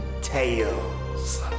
tales